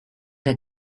der